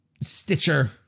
Stitcher